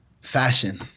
fashion